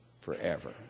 forever